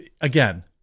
again